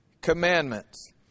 commandments